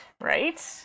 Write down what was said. Right